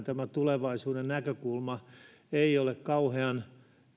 tämä tulevaisuuden näkökulma parisuhteissa ylipäätään ei ole